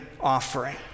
offering